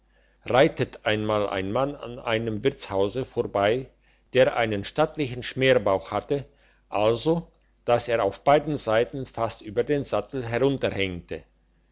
reitet einmal ein mann an einem wirtshaus vorbei der einen stattlichen schmerbauch hatte also dass er auf beiden seiten fast über den sattel